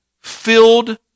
filled